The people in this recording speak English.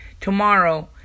tomorrow